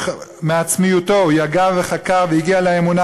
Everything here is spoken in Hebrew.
ומעצמיותו הוא יגע וחקר והגיע לאמונה